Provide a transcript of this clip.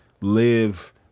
live